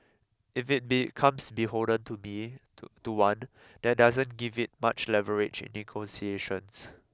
if it becomes beholden to be holder to one that doesn't give it much leverage in negotiations